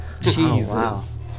Jesus